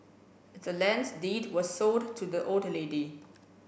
the land's deed was sold to the old lady